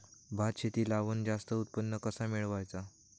भात शेती लावण जास्त उत्पन्न कसा मेळवचा?